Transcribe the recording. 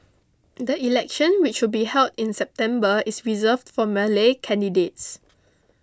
the election which will be held in September is reserved for Malay candidates